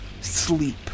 Sleep